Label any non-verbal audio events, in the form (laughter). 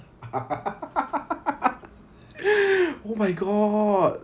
(laughs) oh my god